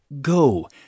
Go